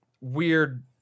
weird